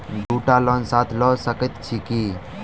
दु टा लोन साथ लऽ सकैत छी की?